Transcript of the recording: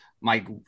Mike